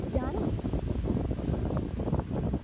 तोह् जाना